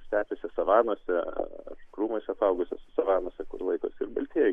stepėse savanose ar krūmais apaugusiose savanose kur laikosi ir baltieji